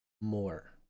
more